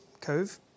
Cove